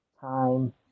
time